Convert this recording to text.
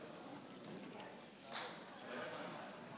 מתחייב אני.